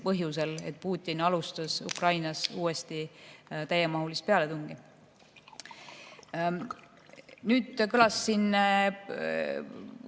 põhjusel, et Putin alustas Ukrainas uuesti täiemahulist pealetungi. Nüüd kõlas siin